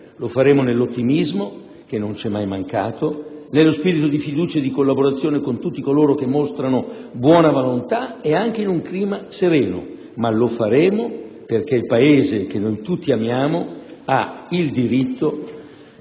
Lo faremo nell'ottimismo che non c'è mai mancato, nello spirito di fiducia e di collaborazione con tutti coloro che mostrano buona volontà e anche in un clima sereno. Ma lo faremo perché il Paese che noi tutti amiamo ha il diritto